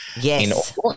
Yes